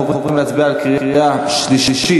אנחנו עוברים להצביע בקריאה שלישית.